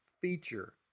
feature